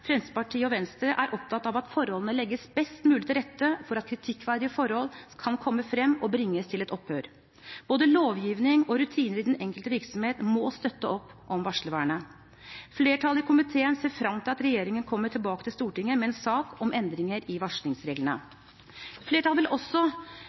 Fremskrittspartiet og Venstre, er opptatt av at forholdene legges best mulig til rette for at kritikkverdige forhold kan komme frem og bringes til opphør. Både lovgivning og rutiner i den enkelte virksomhet må støtte opp om varslervernet. Flertallet i komiteen ser frem til at regjeringen kommer tilbake til Stortinget med en sak om endringer i